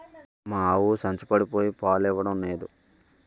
మా ఆవు సంచపడిపోయి పాలు ఇవ్వడం నేదు